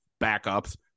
backups